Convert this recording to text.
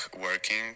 working